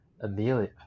Amelia